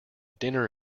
dinner